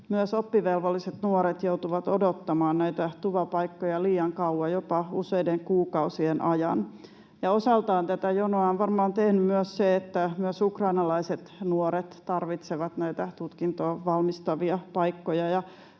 myös oppivelvolliset nuoret, joutuvat odottamaan näitä TUVA-paikkoja liian kauan, jopa useiden kuukausien ajan. Osaltaan tätä jonoa on varmaan tehnyt myös se, että myös ukrainalaiset nuoret tarvitsevat näitä tutkintoon valmistavia paikkoja.